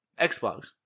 Xbox